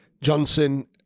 Johnson